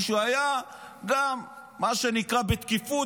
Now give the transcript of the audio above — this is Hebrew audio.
מישהו היה גם מה שנקרא בתקיפות,